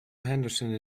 henderson